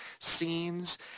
scenes